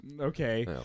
Okay